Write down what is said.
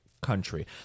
country